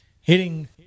hitting